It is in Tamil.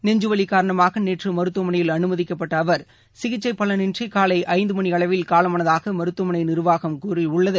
நெஞ்சுவலி காரணமாக நேற்று மருத்துவமனையில் அனுமதிக்கப்பட்ட அவர் சிகிச்சை பலனின்றி காலை ஐந்து மணி அளவில் காலமானதாக மருத்துவமனை நிர்வாகம் கூறியுள்ளது